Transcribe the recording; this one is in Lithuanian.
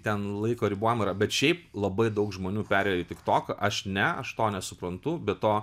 ten laiko ribojimai yra bet šiaip labai daug žmonių perėjo į tik toką aš ne aš to nesuprantu be to